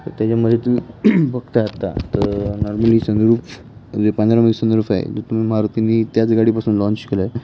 त्याच्यामध्ये तुम्ही बघता आत्ता तर सनरुफ आहे तर तुम्ही मारुतीने त्याच गाडीपासून लाँच केला आहे